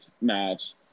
match